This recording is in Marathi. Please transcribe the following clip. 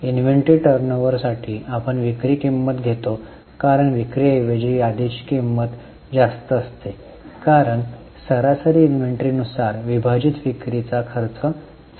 इन्व्हेंटरी टर्नओव्हरसाठी आपण विक्री किंमत घेतो कारण विक्री ऐवजी यादीची किंमत जास्त असते कारण सरासरी इन्व्हेंटरीनुसार विभाजित विक्रीचा खर्च चांगला असेल